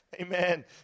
amen